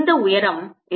இந்த உயரம் z